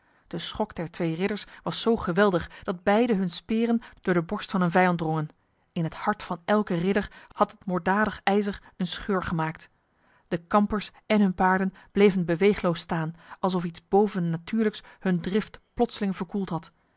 de schok der twee ridders was zo geweldig dat beide hun speren door de borst van een vijand drongen in het hart van elke ridder had het moorddadig ijzer een scheur gemaakt de kampers en hun paarden bleven beweegloos staan alsof iets bovennatuurlijks hun drift plotseling verkoeld had